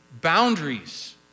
boundaries